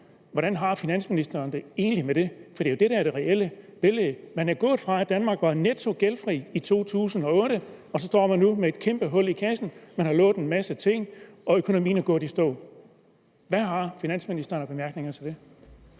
Hvordan har finansministeren det egentlig med det? For det er jo det, der er det reelle billede. Man er gået fra, at Danmark var netto gældfri i 2008, og så står man nu med et kæmpe hul i kassen. Man har lovet en masse ting, og økonomien er gået i stå. Hvad har finansministeren af bemærkninger til det?